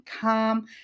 calm